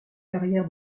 carrière